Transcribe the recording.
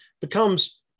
becomes